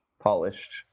polished